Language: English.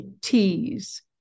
t's